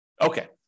Okay